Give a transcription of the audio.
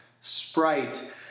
Sprite